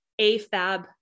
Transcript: AFAB